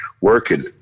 working